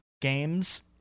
games